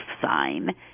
sign